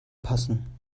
passen